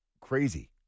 crazy